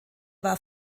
war